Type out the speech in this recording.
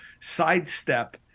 sidestep